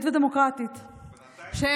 יהודית ודמוקרטית, בינתיים.